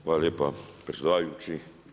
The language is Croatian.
Hvala lijepa predsjedavajući.